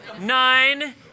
nine